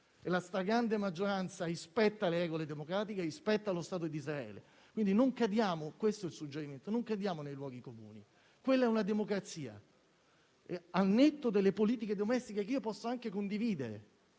e la stragrande maggioranza rispetta le regole democratiche, rispetta lo Stato di Israele. Il suggerimento, quindi, è di non cadere nei luoghi comuni. Quella è una democrazia, al netto delle politiche domestiche che posso anche condividere,